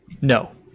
no